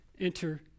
enter